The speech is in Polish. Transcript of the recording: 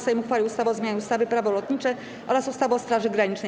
Sejm uchwalił ustawę o zmianie ustawy - Prawo lotnicze oraz ustawy o Straży Granicznej.